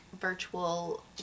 virtual